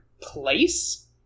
place